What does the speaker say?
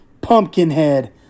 Pumpkinhead